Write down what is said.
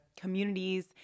communities